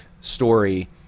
story